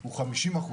הוא 50%